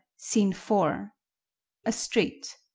scene four a street